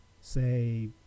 say